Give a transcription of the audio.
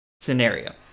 scenario